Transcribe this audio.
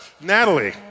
Natalie